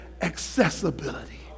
accessibility